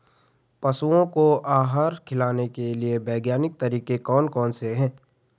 पशुओं को आहार खिलाने के लिए वैज्ञानिक तरीके कौन कौन से हैं?